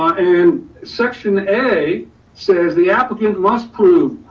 and section a says, the applicant must prove